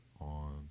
on